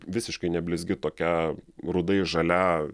visiškai neblizgi tokia rudai žalia